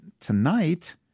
tonight